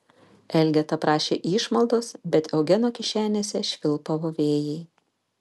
elgeta prašė išmaldos bet eugeno kišenėse švilpavo vėjai